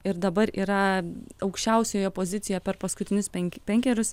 ir dabar yra aukščiausioje pozicijoje per paskutinius penk penkerius